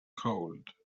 cold